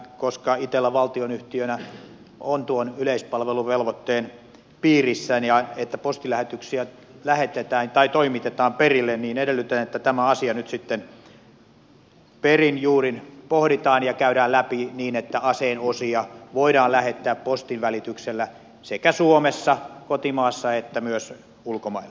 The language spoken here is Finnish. koska itella valtionyhtiönä on tuon yleispalveluvelvoitteen piirissä että postilähetyksiä toimitetaan perille niin edellytän että tämä asia nyt sitten perin juurin pohditaan ja käydään läpi niin että aseen osia voidaan lähettää postin välityksellä sekä suomessa kotimaassa että myös ulkomaille